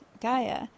Gaia